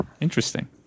Interesting